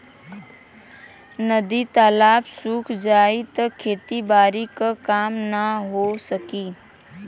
नदी तालाब सुख जाई त खेती बारी क काम ना हो सकी